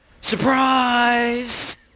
Surprise